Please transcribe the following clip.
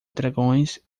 dragões